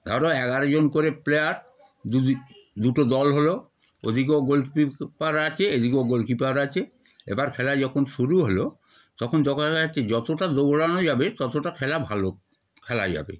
ধরো এগারো জন করে প্লেয়ার দুদিক দুটো দল হলো ওদিকেও গোলকিপিং পার আছে এদিকও গোলকিপার আছে এবার খেলা যখন শুরু হলো তখন যখন দেখা যাচ্ছে যতটা দৌড়ানো যাবে ততটা খেলা ভালো খেলা যাবে